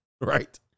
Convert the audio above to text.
right